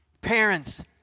Parents